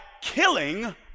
killing